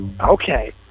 Okay